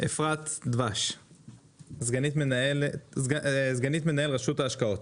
אפרת דבש סגנית מנהל רשות ההשקעות.